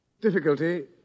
Difficulty